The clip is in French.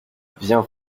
viens